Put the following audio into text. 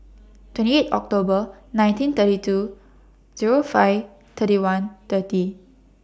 twenty eight October nineteen thirty two Zero five thirty one thirty